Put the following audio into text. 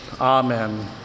Amen